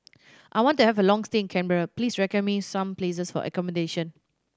I want to have a long stay in Canberra please recommend me some places for accommodation